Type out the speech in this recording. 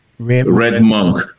Redmonk